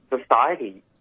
society